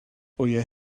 wyau